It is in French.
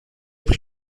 pris